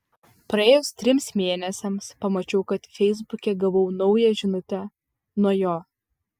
praėjus trims mėnesiams pamačiau kad feisbuke gavau naują žinutę nuo jo